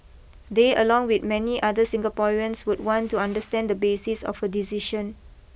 they along with many other Singaporeans would want to understand the basis of her decision